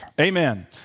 amen